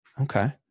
Okay